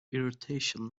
irritation